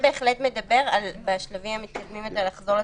בהתחלה היה לנו מנגנון אחר,